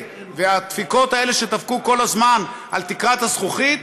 והדפיקות האלה שדפקו כל הזמן על תקרת הזכוכית,